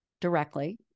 directly